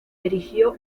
erigió